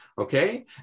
okay